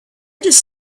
just